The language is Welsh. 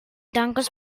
dangos